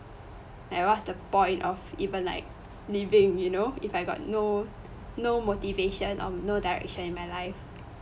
like what's the point of even like living you know if I got no no motivation or no direction in my life